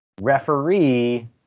Referee